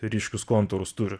ryškius kontūrus turi